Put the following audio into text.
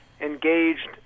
engaged